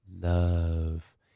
Love